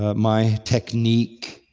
ah my technique.